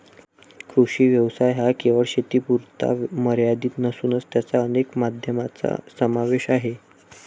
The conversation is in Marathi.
कृषी व्यवसाय हा केवळ शेतीपुरता मर्यादित नसून त्यात अनेक माध्यमांचा समावेश आहे